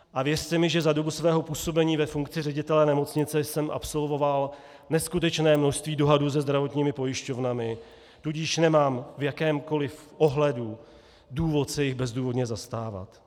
A věřte mi, že za dobu svého působení ve funkci ředitele nemocnice jsem absolvoval neskutečné množství dohadů se zdravotními pojišťovnami, tudíž nemám v jakémkoli ohledu důvod se jich bezdůvodně zastávat.